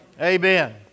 Amen